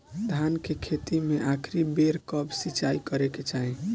धान के खेती मे आखिरी बेर कब सिचाई करे के चाही?